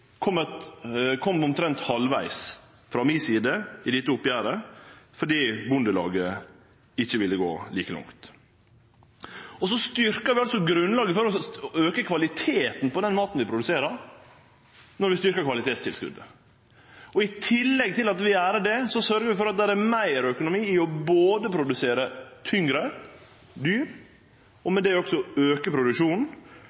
kom omtrent halvveges – frå mi side – i dette oppgjeret fordi Bondelaget ikkje ville gå like langt. Så styrkjer vi altså grunnlaget for å auke kvaliteten på den maten vi produserer når vi styrkjer kvalitetstilskotet. I tillegg til at vi gjer det, sørgjer vi for at det er betre økonomi i å produsere tyngre dyr og